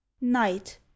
night